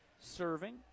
serving